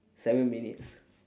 seven minutes